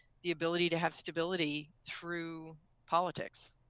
the ability to have stability through politics.